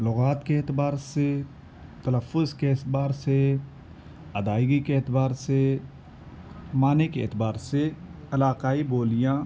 لغات کے اعتبار سے تلفظ کے اعتبار سے ادائیگی کے اعتبار سے معنی کے اعتبار سے علاقائی بولیاں